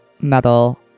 metal